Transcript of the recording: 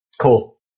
Cool